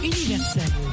Universel